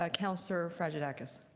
ah councillor fragedakis.